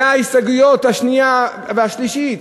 וההסתייגויות השנייה והשלישית,